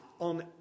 on